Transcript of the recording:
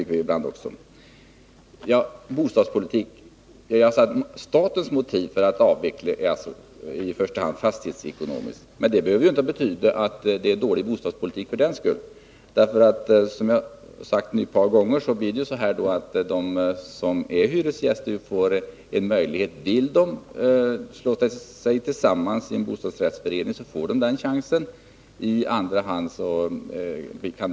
När det gäller bostadspolitiken vill jag säga att statens motiv för att avveckla i första hand är fastighetsekonomiskt. Men det behöver inte betyda att det är dålig bostadspolitik för den skull. Som jag sagt ett par gånger blir det så, att de hyresgäster som vill slå sig ihop i en bostadsrättsförening först får chansen att köpa fastigheten.